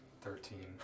Thirteen